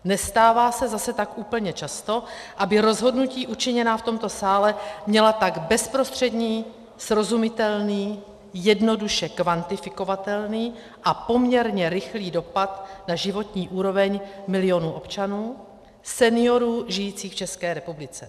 Nestává se zase tak úplně často, aby rozhodnutí učiněná v tomto sále měla tak bezprostřední, srozumitelný, jednoduše kvantifikovatelný a poměrně rychlý dopad na životní úroveň milionů občanů, seniorů žijících v České republice.